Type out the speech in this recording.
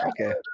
Okay